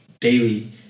daily